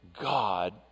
God